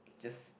just